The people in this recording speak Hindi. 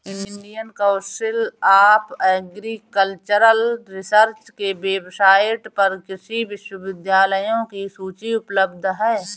Indian council of agricultural research के वेबसाइट पर कृषि विश्वविद्यालयों की सूची उपलब्ध है